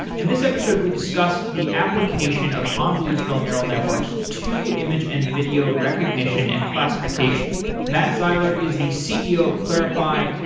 in this episode we discuss the application of convolutional neural networks to image and video recognition and classification. matt zeiler is the ceo of clarifai,